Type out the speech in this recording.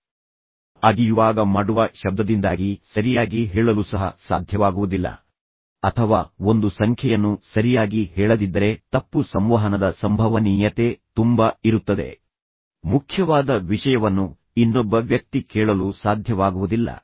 ನಂತರ ನೀವು ಅಗಿಯುವಾಗ ಮಾಡುವ ಶಬ್ದದಿಂದಾಗಿ ಸರಿಯಾಗಿ ಹೇಳಲು ಸಹ ನಿಮಗೆ ಸಾಧ್ಯವಾಗುವುದಿಲ್ಲ ಅಥವಾ ಒಂದು ಸಂಖ್ಯೆಯನ್ನು ಸರಿಯಾಗಿ ಹೇಳದಿದ್ದರೆ ತಪ್ಪು ಸಂವಹನದ ಸಂಭವನೀಯತೆ ತುಂಬ ಇರುತ್ತದೆ ಮುಖ್ಯವಾದ ವಿಷಯವನ್ನು ಇನ್ನೊಬ್ಬ ವ್ಯಕ್ತಿ ಕೇಳಲು ಸಾಧ್ಯವಾಗುವುದಿಲ್ಲ